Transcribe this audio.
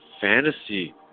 fantasy